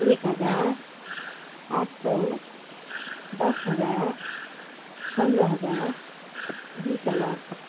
एक हजार आठ सौ दस हजार पन्ध्र हजार बिस हजार